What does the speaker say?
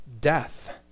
death